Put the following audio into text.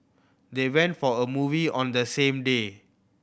they went for a movie on the same day